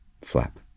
flap